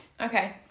Okay